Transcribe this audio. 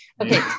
Okay